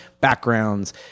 backgrounds